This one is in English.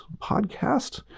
podcast